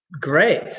great